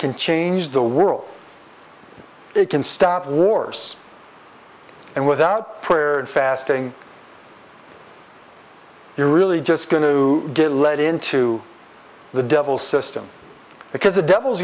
can change the world it can stop wars and without prayer and fasting you're really just going to get let into the devil system because the devil